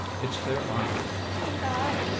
it's their armour, he thought,